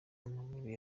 amavubi